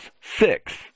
six